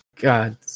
God